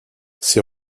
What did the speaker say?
ces